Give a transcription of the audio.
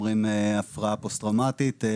אומרים הפרעה פוסט טראומטית,